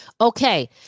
Okay